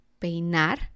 peinar